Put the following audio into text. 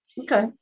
Okay